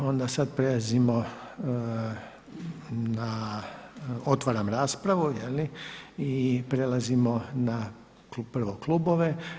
Evo onda sada prelazimo na otvaram raspravu i prelazimo na prvo klubove.